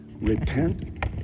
repent